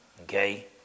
Okay